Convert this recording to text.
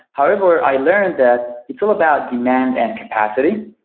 however, i learned that it's all about demand and capacity.